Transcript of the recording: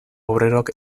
obreroak